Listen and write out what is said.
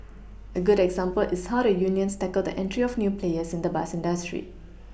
a good example is how the unions tackled the entry of new players in the bus industry